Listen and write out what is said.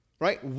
Right